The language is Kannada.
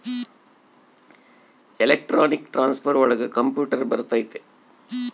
ಎಲೆಕ್ಟ್ರಾನಿಕ್ ಟ್ರಾನ್ಸ್ಫರ್ ಒಳಗ ಕಂಪ್ಯೂಟರ್ ಬರತೈತಿ